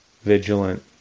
vigilant